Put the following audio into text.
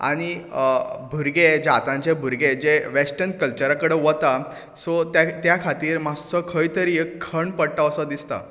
आनी भुरगे जे आतांचे भुरगे जे वेस्टर्न कल्चरा कडेन वतात सो त्या खातीर मातसो खंय तरी खण पडटा असो दिसता